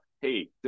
hey